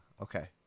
okay